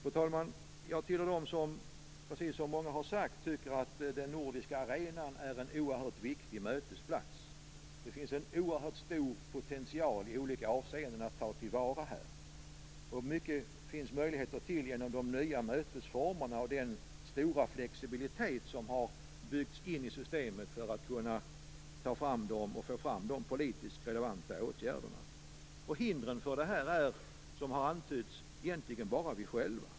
Fru talman! Jag tillhör dem som, precis som många andra har sagt, tycker att den nordiska arenan är en oerhört viktig mötesplats. Det finns i olika avseenden en oerhört stor potential att ta till vara här. Mycket finns det möjligheter till genom de nya mötesformerna och den stora flexibilitet som har byggts in i systemet för att kunna få fram de politiskt relevanta åtgärderna. Hindren för det här är, som har antytts, egentligen bara vi själva.